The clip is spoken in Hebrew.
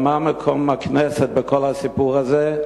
מה מקום הכנסת בכל הסיפור הזה?